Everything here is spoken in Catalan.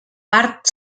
part